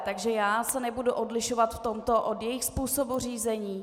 Takže se nebudu odlišovat v tomto od jejich způsobu řízení.